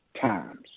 times